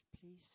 please